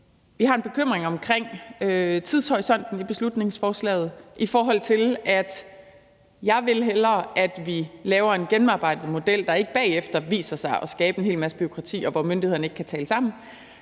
Vi har en bekymring omkring tidshorisonten i beslutningsforslaget. Jeg vil hellere, at vi laver en gennemarbejdet model, der ikke bagefter viser sig at skabe en hel masse bureaukrati, og hvor myndighederne ikke kan tale sammen,